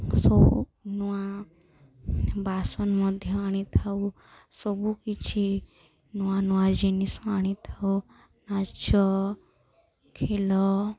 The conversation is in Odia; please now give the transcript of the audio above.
ସବୁ ନୂଆ ବାସନ ମଧ୍ୟ ଆଣିଥାଉ ସବୁକିଛି ନୂଆ ନୂଆ ଜିନିଷ ଆଣିଥାଉ ନାଚ ଖେଳ